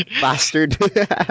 bastard